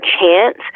chance